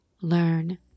Learn